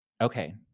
Okay